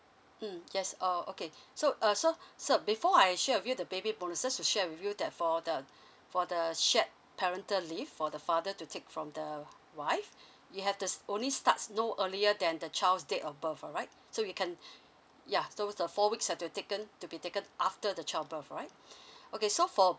mm yes oh okay so uh so sir before I share with you the baby bonuses will share with you that for the for the shared parental leave for the father to take from the wife you have to s~ only starts know earlier than the child's date of birth all right so you can yeah so the four weeks have to be taken to be taken after the child birth all right okay so for